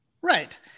Right